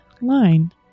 line